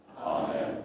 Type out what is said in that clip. amen